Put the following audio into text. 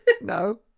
No